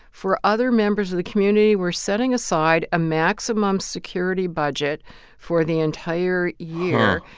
for other members of the community, we're setting aside a maximum security budget for the entire year.